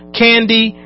candy